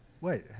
Wait